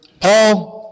Paul